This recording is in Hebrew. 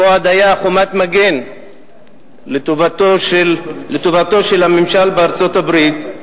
פואד היה חומת מגן לטובתו של הממשל בארצות-הברית,